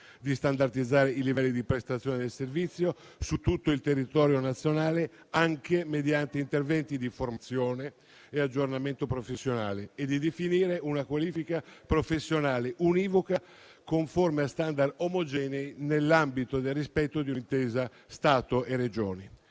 di standardizzare i livelli di prestazione del servizio su tutto il territorio nazionale, anche mediante interventi di formazione e aggiornamento professionale, e di definire una qualifica professionale univoca, conforme a *standard* omogenei nell'ambito del rispetto di un'intesa Stato-Regioni.